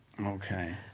Okay